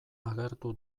agertu